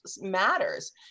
matters